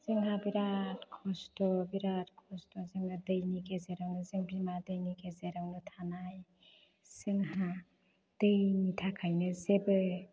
जोंहा बेराद खस्थ' बेराद खस्थ' जोङो दैनि गेजेराव जों बिमा दैनि गेजेरावनो थानाय जोंहा दैनि थाखायनो जेबो